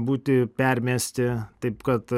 būti permesti taip kad